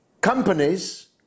companies